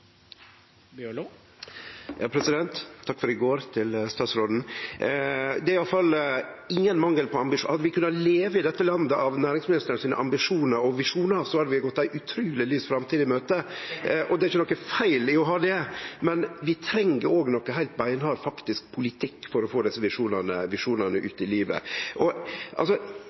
Bjørlo – til oppfølgingsspørsmål. Hadde vi kunna leve i dette landet av næringsministeren sine ambisjonar og visjonar, hadde vi gått ei utruleg lys framtid i møte. Det er ikkje noko feil i å ha det, men vi treng også heilt beinhard faktisk politikk for å få desse visjonane ut i livet. Skottland har nyleg gjeve konsesjon til 25 GW havvind på ein dag. Danmark skal byggje 12 GW havvind, Tyskland 30 GW før 2030 og